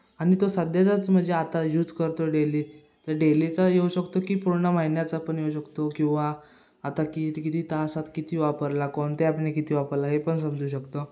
आणि तो सध्याचाच म्हणजे आता यूज करतो डेली तर डेलीचा येऊ शकतो की पूर्ण महिन्याचा पण येऊ शकतो किंवा आता की किती तासात किती वापरला कोणते आपण किती वापरला हे पण समजू शकतो